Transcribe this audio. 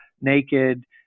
naked